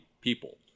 people